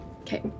okay